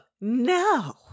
No